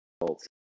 results